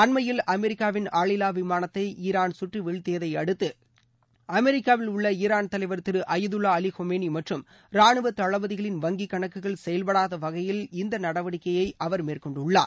அண்மையில் அமெரிக்காவின் ஆளில்லா விமானத்தை ஈரான் அமெரிக்காவில் உள்ள ஈரான் தலைவர் திரு அயதுல்வா அவி கொமேனி மற்றும் ரானுவ தளபதிகளின் வங்கிக் கணக்குகள் செயல்படாத வகையில் இந்த நடவடிக்கையை அவர் மேற்கொண்டுள்ளார்